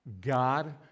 God